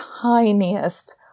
tiniest